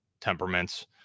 temperaments